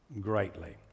greatly